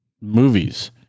movies